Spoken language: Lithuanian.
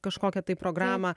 kažkokią tai programą